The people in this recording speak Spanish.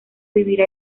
vivir